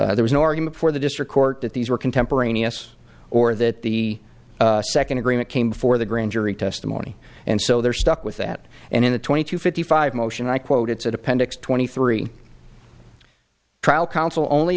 there was no argument for the district court that these were contemporaneous or that the second agreement came before the grand jury testimony and so they're stuck with that and in the twenty to fifty five motion i quoted said appendix twenty three trial counsel only